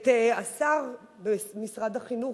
את השר במשרד החינוך,